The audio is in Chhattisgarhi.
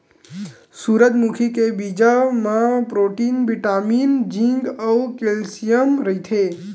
सूरजमुखी के बीजा म प्रोटीन, बिटामिन, जिंक अउ केल्सियम रहिथे